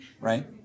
right